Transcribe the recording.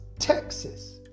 Texas